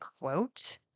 quote